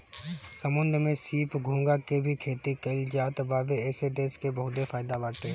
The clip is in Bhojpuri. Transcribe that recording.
समुंदर में सीप, घोंघा के भी खेती कईल जात बावे एसे देश के बहुते फायदा बाटे